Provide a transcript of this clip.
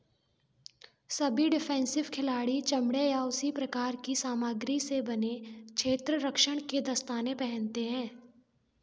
सभी डिफ़ेंसिव खिलाड़ी चमड़े या उसी प्रकार की सामाग्री से बने क्षेत्ररक्षण के दस्ताने पहनते हैं